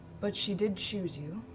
but she did choose you.